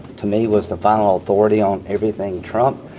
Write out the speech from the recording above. to me was the final authority on everything trump.